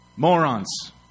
Morons